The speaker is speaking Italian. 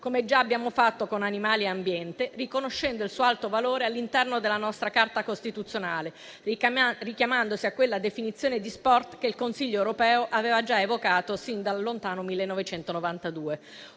come già abbiamo fatto con animali e ambiente, riconoscendo il suo alto valore all'interno della nostra Carta costituzionale, richiamandosi a quella definizione di sport che il Consiglio europeo aveva già evocato sin dal lontano 1992.